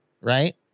Right